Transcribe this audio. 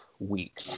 Week